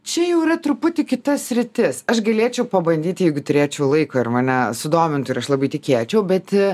čia jau yra truputį kita sritis aš galėčiau pabandyti jeigu turėčiau laiko ir mane sudomintų ir aš labai tikėčiau bet